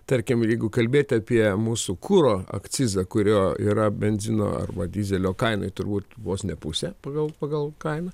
tarkim jeigu kalbėti apie mūsų kuro akcizą kurio yra benzino arba dyzelio kainai turbūt vos ne pusė pagal pagal kainą